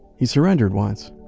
he surrendered once.